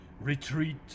Retreat